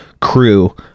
crew